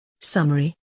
Summary